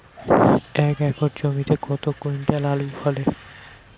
এক একর জমিতে কত কুইন্টাল আলু ফলে?